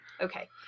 Okay